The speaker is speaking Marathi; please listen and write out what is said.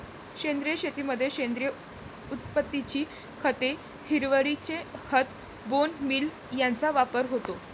सेंद्रिय शेतीमध्ये सेंद्रिय उत्पत्तीची खते, हिरवळीचे खत, बोन मील यांचा वापर होतो